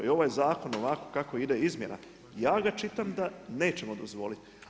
I ovaj zakon ovako kako ide izmjena, ja ga čitam da nećemo dozvoliti.